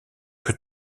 que